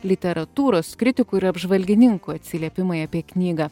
literatūros kritikų ir apžvalgininkų atsiliepimai apie knygą